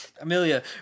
Amelia